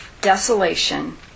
desolation